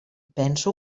penso